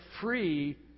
free